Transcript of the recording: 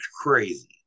crazy